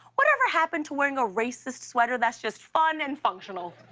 what ever happened to wearing a racist sweater that's just fun and functional?